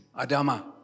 Adama